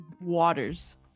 waters